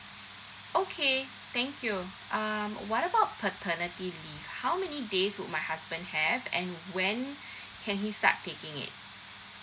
okay thank you um what paternity leave how many days would my husband have and when can he start taking it